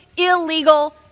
illegal